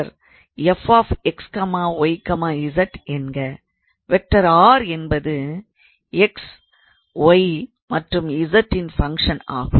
𝑟⃗ என்பது x y மற்றும் z இன் ஃபங்க்ஷன் ஆகும்